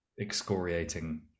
excoriating